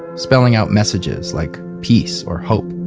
spelling out messages like peace or hope.